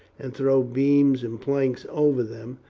and throw beams and planks over them.